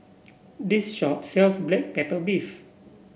this shop sells Black Pepper Beef